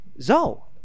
Zo